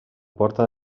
porta